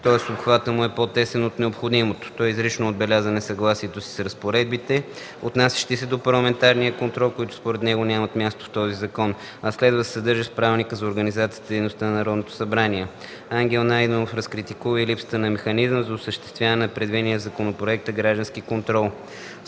тоест обхватът му е много по-тесен от необходимото. Той изрично отбеляза несъгласието си с разпоредбите, отнасящи се до парламентарния контрол, които нямат място в този закон, а следва да се съдържат в Правилника за организацията и дейността на Народното събрание. Ангел Найденов разкритикува и липсата на механизъм за осъществяване на предвидения в законопроекта граждански контрол.